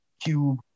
cube